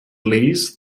lease